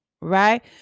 right